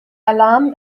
alarm